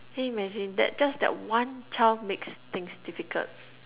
can you imagine that just that one child makes things difficult